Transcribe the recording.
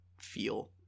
feel